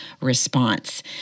response